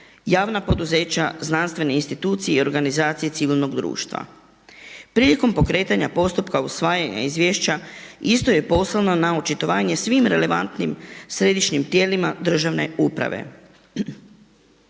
javna poduzeća, znanstvene institucije i organizacije civilnog društva. Prilikom pokretanja postupka usvajanja izvješća isto je poslano na očitovanje svim relevantnim središnjim tijelima državne uprave.